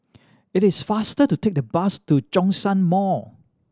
it is faster to take the bus to Zhongshan Mall